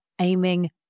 aiming